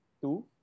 two